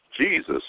Jesus